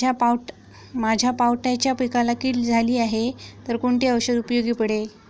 माझ्या पावट्याच्या पिकाला कीड झाली आहे तर कोणते औषध उपयोगी पडेल?